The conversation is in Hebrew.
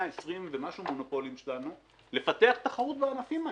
ומשהו מונופולים לפתח תחרות בענפים האלה.